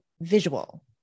visual